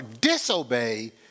disobey